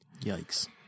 yikes